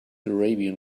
arabian